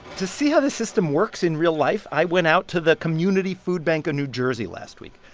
to see how the system works in real life, i went out to the community foodbank of new jersey last week.